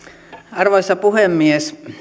arvoisa puhemies